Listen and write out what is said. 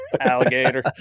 Alligator